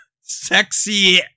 Sexy